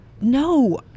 no